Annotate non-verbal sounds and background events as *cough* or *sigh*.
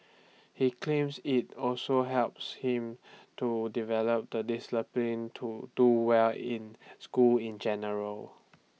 he claims IT also helps him to develop the *unintelligible* to do well in school in general